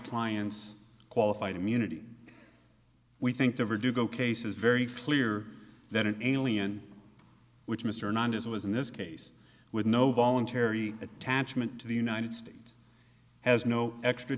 client's qualified immunity we think the verdugo case is very clear that an alien which mr anon is was in this case with no voluntary attachment to the united states has no extra